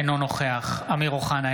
אינו נוכח אמיר אוחנה,